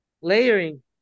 layering